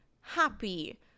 happy